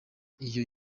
iyo